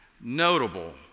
Notable